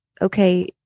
okay